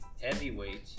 Heavyweight